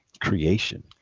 creation